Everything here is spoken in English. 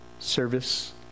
Service